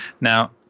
Now